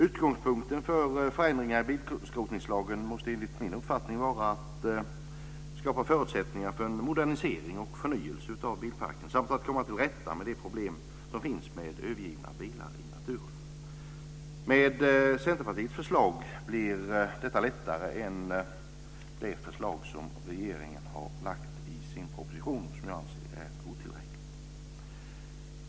Utgångspunkten för förändringar i bilskrotningslagen måste enligt min uppfattning vara att skapa förutsättningar för en modernisering och förnyelse av bilparken samt att komma till rätta med problemen med övergivna bilar i naturen. Med Centerpartiets förslag blir detta lättare än med regeringens förslag i propositionen, som jag anser är otillräckligt.